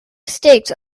mistakes